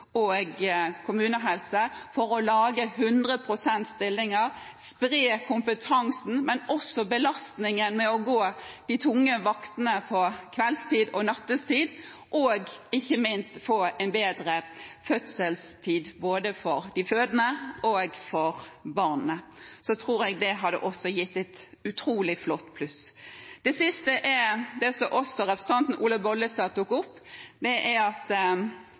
for å lage 100 pst. stillinger, spre kompetansen, men også belastningen med å gå de tunge vaktene på kveldstid og nattestid, og ikke minst få en bedre fødselstid både for de fødende og for barna. Jeg tror det også hadde vært et utrolig flott pluss. Det siste er det som også representanten Olaug V. Bollestad tok opp, at når sykehusene er